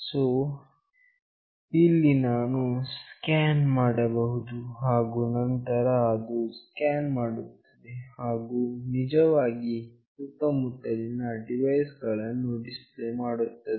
so ಇಲ್ಲಿ ನೀವು scan ಮಾಡಬಹುದು ಹಾಗು ನಂತರ ಅದು ಸ್ಕ್ಯಾನ್ ಮಾಡುತ್ತದೆ ಹಾಗು ನಿಜವಾಗಿ ಸುತ್ತಮುತ್ತಲಿನ ಡಿವೈಸ್ ಗಳನ್ನು ಡಿಸ್ಪ್ಲೇ ಮಾಡುತ್ತದೆ